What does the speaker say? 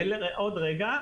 עוד רגע.